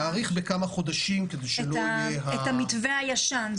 להאריך בכמה חודשים כדי שלא יהיה --- את המתווה הישן.